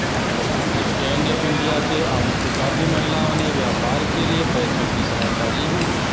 stand up India के आने से काफी महिलाओं ने व्यापार के लिए पैसों की सहायता ली है